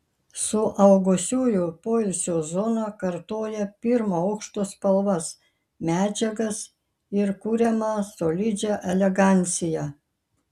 suaugusiųjų poilsio zona kartoja pirmo aukšto spalvas medžiagas ir kuriamą solidžią eleganciją